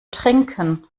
trinken